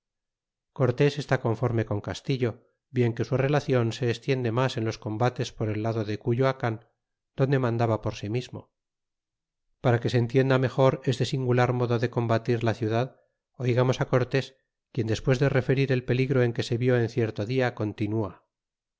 cortes está conforme con castillo bien que su relacion se estiende mas en los combates por el lado de cuyoacan donde mandaba por si mismo para que se entienda mejor este singular modo de eombatir la ciudad oigamos á cortés quien despues de referir el peligro ea que se vial en cierto dia continua